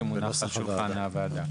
שמונח על שולחן הוועדה.